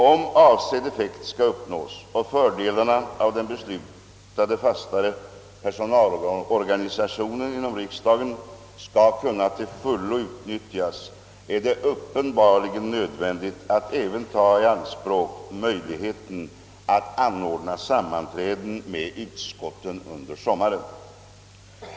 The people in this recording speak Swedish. Om avsedd effekt skall uppnås och fördelarna av den beslutade fastare personalorganisationen inom riksdagen skall kunna till fullo utnyttjas, är det uppenbarligen nödvändigt att även ta i anspråk möjligheten att anordna sammanträden med utskotten under sommaren.